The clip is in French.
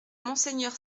monsieur